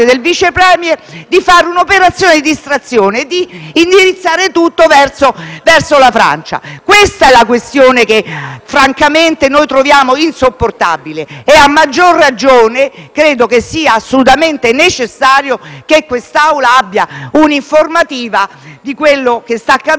del Vice *Premier*, di fare un'operazione di distrazione e di indirizzare tutto verso la Francia. Questa è la questione che, francamente, troviamo insopportabile. Credo quindi sia assolutamente necessario che quest'Aula abbia un'informativa su quello che sta accadendo